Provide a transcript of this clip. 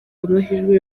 amahirwe